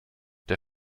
der